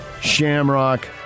Shamrock